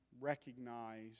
recognize